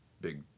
big